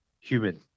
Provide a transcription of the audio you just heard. human